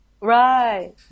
Right